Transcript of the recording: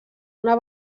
una